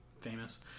famous